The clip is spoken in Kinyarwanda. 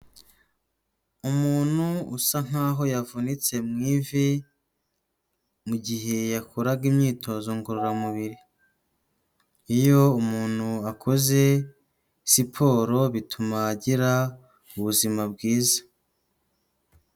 Umuntu usa nkaho yavunitse mu ivi mu gihe yakoraga imyitozo ngororamubiri, iyo umuntu akoze siporo bituma agira ubuzima bwiza.